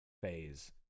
phase